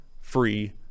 free